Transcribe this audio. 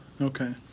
Okay